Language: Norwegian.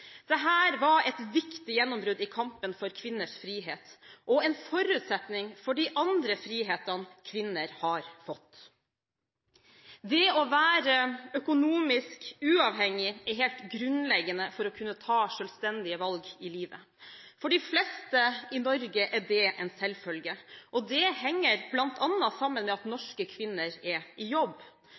var et viktig gjennombrudd i kampen for kvinners frihet, og en forutsetning for de andre frihetene kvinner har fått. Det å være økonomisk uavhengig er helt grunnleggende for å kunne ta selvstendige valg i livet. For de fleste i Norge er det en selvfølge. Det henger bl.a. sammen med at norske kvinner er i jobb.